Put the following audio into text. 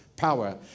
power